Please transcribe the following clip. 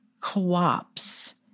co-ops